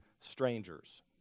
strangers